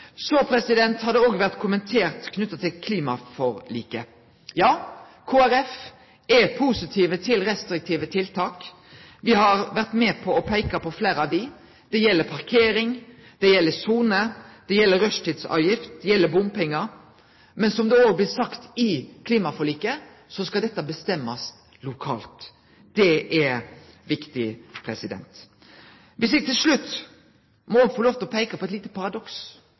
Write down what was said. så viktig å få Bybanen på plass. Luftproblematikken i vinter har vore eit eksempel på det. Eg vil gi honnør til byrådet som tok grep i den situasjonen som da kom opp. Klimaforliket har òg vore kommentert. Ja, Kristeleg Folkeparti er positiv til restriktive tiltak. Me har vore med på å peike på fleire av dei. Det gjeld parkering, det gjeld soner, det gjeld rushtidsavgift, og det gjeld bompengar. Men som det òg blir sagt i klimaforliket, skal dette bli bestemt lokalt.